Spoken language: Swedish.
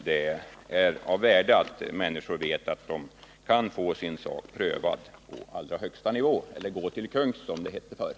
Det är säkert av värde att människor vet att de kan få sin sak prövad på allra högsta nivå —eller gå till kungs, som det hette förr.